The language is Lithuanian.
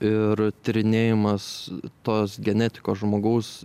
ir tyrinėjimas tos genetikos žmogaus